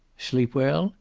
sleep well?